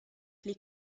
les